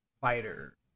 fighter